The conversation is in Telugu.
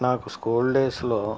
నాకు స్కూల్ డేస్లో